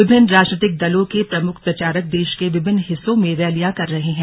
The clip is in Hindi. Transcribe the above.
विभिन्न राजनीतिक दलों के प्रमुख प्रचारक देश के विभिन्न हिस्सों में रैलियां कर रहे हैं